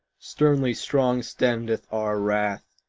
sternly strong standeth our wrath,